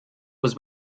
was